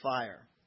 fire